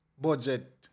budget